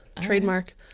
Trademark